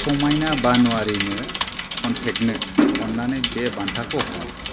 समायना बानुवारिनो कन्टेक्ट नो अन्नानै बे बान्थाखौ हर